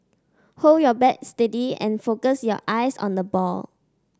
hold your bat steady and focus your eyes on the ball